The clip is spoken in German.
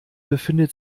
befinden